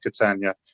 Catania